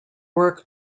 work